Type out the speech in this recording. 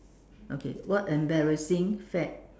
okay what embarrassing fad